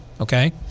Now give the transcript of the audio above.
okay